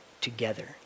together